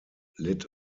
litt